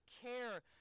care